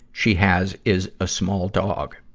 she has is a small dog.